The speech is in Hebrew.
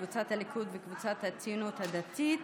קבוצת הליכוד וקבוצת הציונות הדתית.